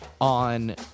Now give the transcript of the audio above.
on